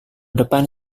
depan